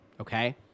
okay